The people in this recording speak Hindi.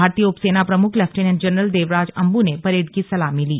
भारतीय उप सेना प्रमुख लेफ्टिनेंट जनरल देवराज अन्बु ने परेड की सलामी ली